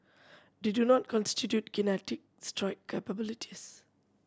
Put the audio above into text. they do not constitute kinetic strike capabilities